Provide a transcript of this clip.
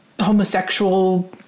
homosexual